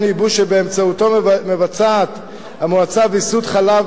ייבוש שבאמצעותו מבצעת המועצה ויסות חלב,